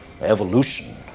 Evolution